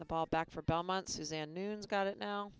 the ball back for belmont suzanne noons got it now